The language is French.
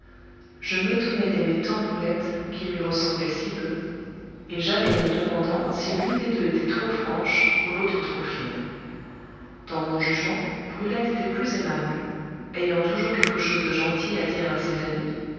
je m'étonnais d'aimer tant brulette qui lui ressemblait si peu et j'allais me demandant si l'une des deux était trop franche ou l'autre trop fine dans mon jugement brulette était plus aimable ayant toujours quelque chose de gentil à dire à ses amis